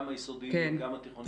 גם היסודיים וגם התיכוניים?